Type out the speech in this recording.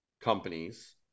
companies